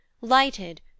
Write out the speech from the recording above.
lighted